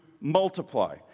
multiply